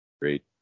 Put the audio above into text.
great